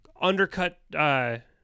undercut